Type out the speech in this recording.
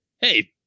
Hey